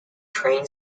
train